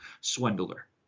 swindler